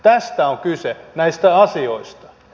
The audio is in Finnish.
tästä on kyse näistä asioista